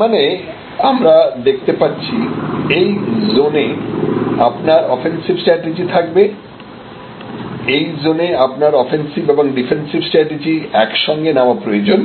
তারমানে আমরা দেখতে পাচ্ছি এই জোনে আপনার অফেন্সিভ স্ট্র্যাটেজি থাকবে এই জোনে আপনার অফেন্সিভ এবং ডিফেন্সিভ স্ট্র্যাটেজি একসঙ্গে নেওয়া প্রয়োজন